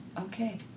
okay